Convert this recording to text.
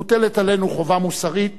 מוטלת עלינו חובה מוסרית